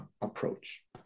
approach